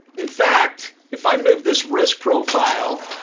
in fact, if i move this risk profile